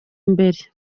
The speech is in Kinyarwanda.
imbere